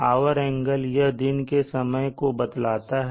ɷ यह दिन के समय को बतलाता है